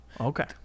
Okay